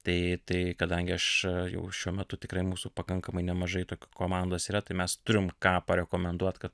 tai tai kadangi aš jau šiuo metu tikrai mūsų pakankamai nemažai tokių komandos yra tai mes turim ką parekomenduot kad